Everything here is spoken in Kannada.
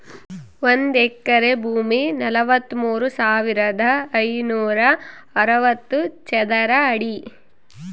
ಒಂದು ಎಕರೆ ಭೂಮಿ ನಲವತ್ಮೂರು ಸಾವಿರದ ಐನೂರ ಅರವತ್ತು ಚದರ ಅಡಿ